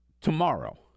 tomorrow